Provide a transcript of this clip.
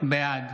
בעד